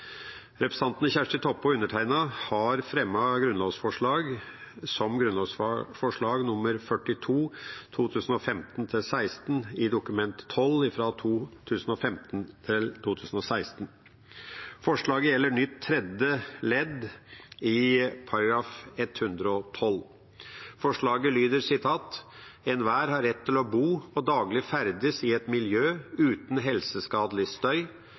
Representantene Kjersti Toppe og undertegnede har fremmet grunnlovsforslag 42 i Dokument 12:42 for 2015–2016. Grunnlovsforslaget gjelder nytt andre ledd i § 111. Forslaget lyder: «Enhver har rett til å bo og daglig ferdes i et miljø uten helseskadelig støy.